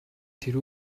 тэр